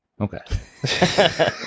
Okay